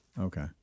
Okay